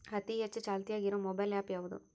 ಅತಿ ಹೆಚ್ಚ ಚಾಲ್ತಿಯಾಗ ಇರು ಮೊಬೈಲ್ ಆ್ಯಪ್ ಯಾವುದು?